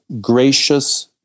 gracious